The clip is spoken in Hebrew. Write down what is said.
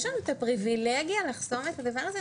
יש לנו הפריבילגיה לחסום את הדבר הזה?